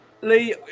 Lee